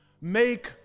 make